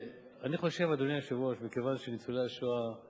אדוני היושב-ראש, מכיוון שניצולי השואה הם